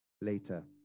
later